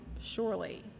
surely